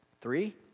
Three